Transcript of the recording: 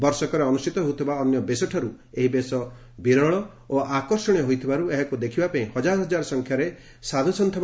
ବର୍ଷକରେ ଅନୁଷିତ ହେଉଥିବା ଅନ୍ୟ ବେଶ ଠାରୁ ଏହି ବେଶ ବିରଳ ଓ ଆକର୍ଷଣୀୟ ହୋଇଥିବାରୁ ଏହାକୁ ଦେଖିବା ପାଇଁ ହଜାର ହଜାର ସଂଖ୍ୟାରେ ସାଧୁ ସନ୍ତ ପୁରୀକୁ ଆସିଥାନ୍ତି